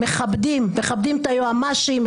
מכבדים את היועמ"שים,